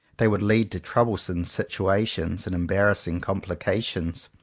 they would lead to troublesome situations and embarrassing complications.